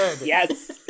yes